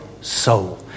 soul